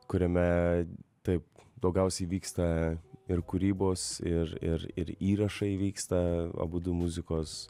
kuriame taip daugiausiai vyksta ir kūrybos ir ir ir įrašai vyksta abudu muzikos